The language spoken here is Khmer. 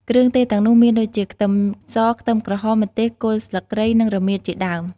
គ្រឿងទេសទាំងនោះមានដូចជា ខ្ទឹមស ខ្ទឹមក្រហម ម្ទេស គល់ស្លឹកគ្រៃ និងរមៀតជាដើម។